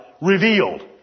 revealed